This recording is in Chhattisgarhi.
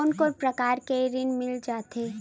कोन कोन प्रकार के ऋण मिल जाथे?